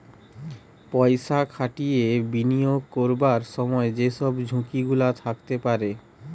পয়সা খাটিয়ে বিনিয়োগ করবার সময় যে সব ঝুঁকি গুলা থাকতে পারে